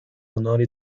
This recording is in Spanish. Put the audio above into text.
honor